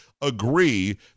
agree